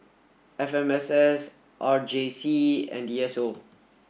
F M S S R J C and D S O